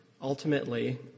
ultimately